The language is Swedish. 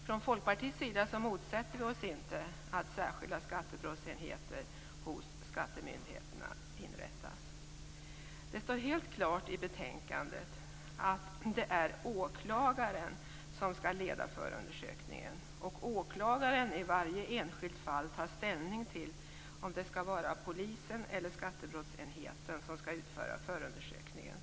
Från Folkpartiets sida motsätter vi oss inte att särskilda skattebrottsenheter hos skattemyndigheterna inrättas. Det står helt klart i betänkandet att det är åklagaren som skall leda förundersökningen, och åklagaren som i varje enskilt fall skall ta ställning till om det skall vara polisen eller skattebrottsenheten som skall utföra förundersökningen.